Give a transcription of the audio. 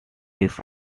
his